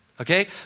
Okay